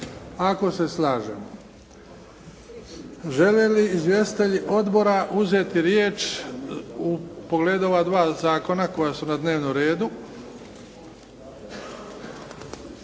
Ako se slažemo. Žele li izvjestitelji odbora uzeti riječ u pogledu ova dva zakona koja su na dnevnom redu?